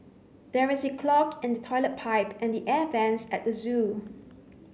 there is a clog in the toilet pipe and the air vents at the zoo